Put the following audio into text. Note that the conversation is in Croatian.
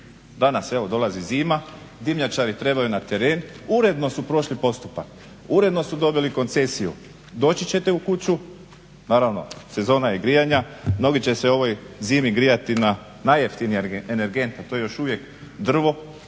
danas evo dolazi zima, dimnjačari trebaju na teren, uredno su prošli postupak, uredno su dobili koncesiju. Doći ćete u kuću, naravno sezona je grijanja, mnogi će se u ovoj zimi grijati na najjeftiniji energent, a to je još uvijek drvo,